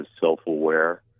self-aware